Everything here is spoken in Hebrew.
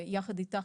יחד איתך,